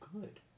good